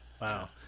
Wow